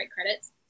credits